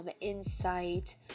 insight